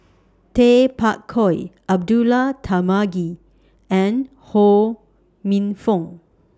Tay Bak Koi Abdullah Tarmugi and Ho Minfong